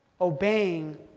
obeying